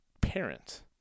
parent